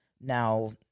now